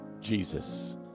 Jesus